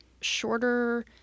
shorter